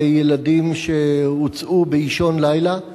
על ילדים שהוצאו באישון לילה,